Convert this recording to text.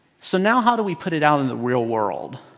so now how do we put it out in the real world,